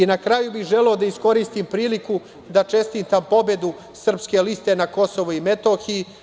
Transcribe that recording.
Na kraju bih želeo da iskoristim priliku da čestitam pobedu Srpske liste na KiM.